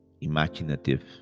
imaginative